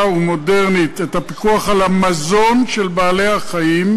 ומודרנית את הפיקוח על המזון של בעלי-החיים,